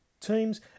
teams